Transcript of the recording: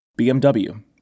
BMW